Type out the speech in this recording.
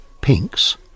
Pink's